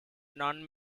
non